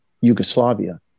Yugoslavia